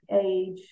age